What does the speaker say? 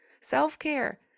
self-care